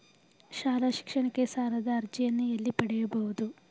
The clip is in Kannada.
ಶಾಲಾ ಶಿಕ್ಷಣಕ್ಕೆ ಸಾಲದ ಅರ್ಜಿಯನ್ನು ಎಲ್ಲಿ ಪಡೆಯಬಹುದು?